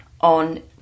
on